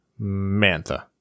Mantha